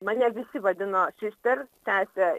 mane visi vadino sister tepė